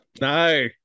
No